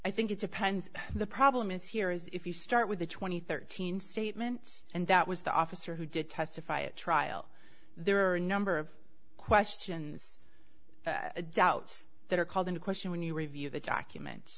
i think it depends on the problem is here is if you start with a two thousand and thirteen statement and that was the officer who did testify a trial there are a number of questions doubts that are called into question when you review the documents